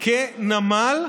כנמל,